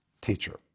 teacher